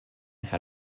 had